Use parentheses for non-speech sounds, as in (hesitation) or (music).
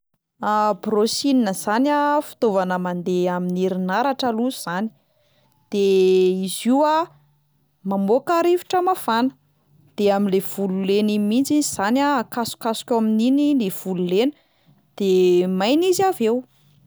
(hesitation) Brushing zany a fitaovana mandeha amin'ny herinaratra aloha 'zany, de izy io a mamoaka rivotra mafana, de amin'le volo lena iny mihitsy izy zany akasokasoka eo amin'iny ny volo lena de maina izy avy eo.